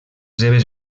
seves